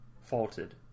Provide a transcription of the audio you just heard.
faulted